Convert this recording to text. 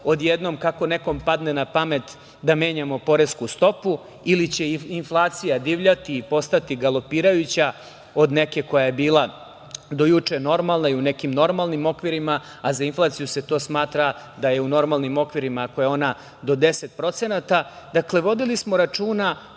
odjednom kako nekom padne na pamet, da menjamo poresku stopu ili će inflacija divljati i postati galopirajuća od neke koja je bila do juče normalna i u nekim normalnim okvirima, a za inflaciju se smatra da je u normalnim okvirima ako je ona do 10%.Dakle, vodili smo računa